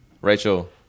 Rachel